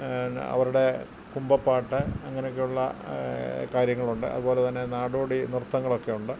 അവരുടെ കുമ്പപ്പാട്ട് അങ്ങനെയൊക്കെയുള്ള കാര്യങ്ങളുണ്ട് അതുപോലെ തന്നെ നാടോടി നൃത്തങ്ങൾ ഒക്കെ ഉണ്ട്